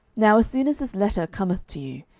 now as soon as this letter cometh to you,